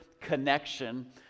connection